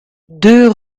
deux